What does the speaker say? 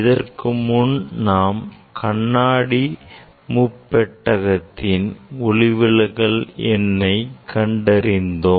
இதற்கு முன் நாம் கண்ணாடி முப்பெட்டகத்தின் ஒளிவிலகல் குறியீட்டு எண்ணை கண்டறிந்துள்ளோம்